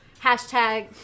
Hashtag